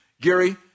Gary